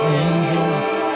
angels